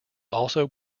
also